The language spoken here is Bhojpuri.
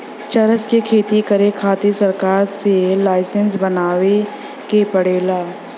चरस क खेती करे खातिर सरकार से लाईसेंस बनवाए के पड़ेला